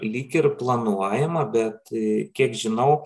lyg ir planuojama bet kiek žinau